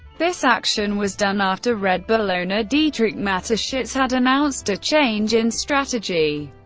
this action was done after red bull owner dietrich mateschitz had announced a change in strategy.